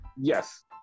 Yes